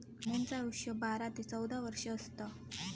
मेंढ्यांचा आयुष्य बारा ते चौदा वर्ष असता